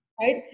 right